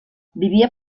vivia